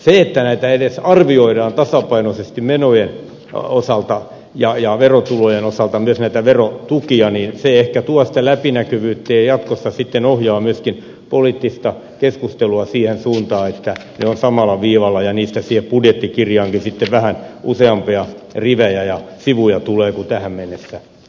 se että myös näitä verotukia edes arvioidaan tasapainoisesti menojen osalta ja verotulojen osalta ehkä tuo sitä läpinäkyvyyttä ja jatkossa sitten ohjaa myöskin poliittista keskustelua siihen suuntaan että ne ovat samalla viivalla ja niistä siihen budjettikirjaankin sitten vähän useampia rivejä ja sivuja tulee kuin tähän mennessä on tullut